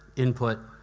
input,